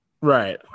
right